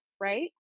right